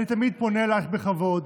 אני תמיד פונה אלייך בכבוד.